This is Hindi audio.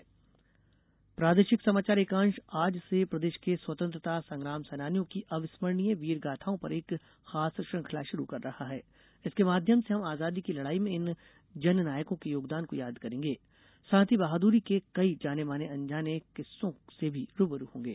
प्रोमो प्रादेशिक समाचार एकांश आज से प्रदेश के स्वतंत्रता संग्राम सेनानियों की अविस्मर्णीय वीर गाथाओं पर एक खास श्रृंखला शुरू कर रहा है इसके माध्यम से हम आज़ादी की लड़ाई में इन जन नायकों के योगदान को याद करेंगे साथ ही बहादुरी के कई जाने अनजाने किस्सों से भी रूबरू होंगे